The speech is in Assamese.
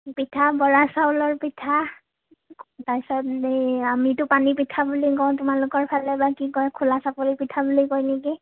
পিঠা বৰা চাউলৰ পিঠা তাৰ পাছত এ আমিতো পানী পিঠা বুলি কওঁ তোমালোকৰ ফালে বা কি কয় খোলা চাপৰি পিঠা বুলি কয় নেকি